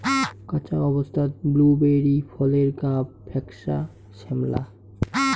কাঁচা অবস্থাত ব্লুবেরি ফলের গাব ফ্যাকসা শ্যামলা